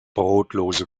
brotlose